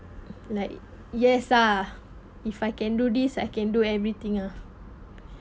like yes ah if I can do this I can do everything ah